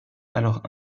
alors